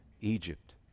Egypt